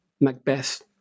Macbeth